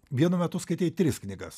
vienu metu skaitei tris knygas